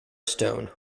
stone